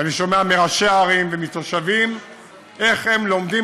ואני שומע מראשי ערים ומתושבים איך הם לומדים